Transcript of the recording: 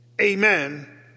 amen